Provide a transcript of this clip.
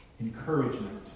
encouragement